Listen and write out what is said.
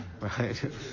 Right